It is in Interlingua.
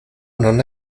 non